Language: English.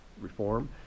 reform